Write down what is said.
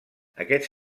aquest